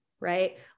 right